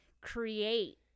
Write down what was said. create